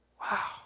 Wow